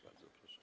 Bardzo proszę.